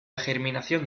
germinación